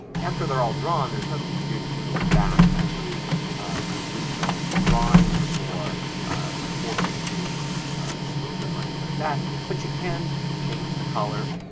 after they're all drawn there's nothing you can do to change them back to the original drawings or force it to smooth them or anything like that. but you can change the color.